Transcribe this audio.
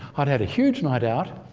i'd had a huge night out.